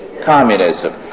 communism